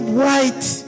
white